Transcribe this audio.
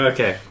Okay